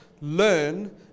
Learn